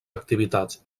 activitats